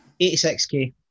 86k